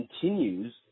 continues